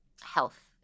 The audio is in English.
health